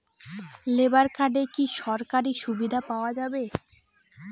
Labour কার্ডে কি কি সরকারি সুবিধা পাওয়া যাবে?